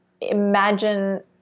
imagine